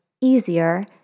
easier